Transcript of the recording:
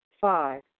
five